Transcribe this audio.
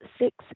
six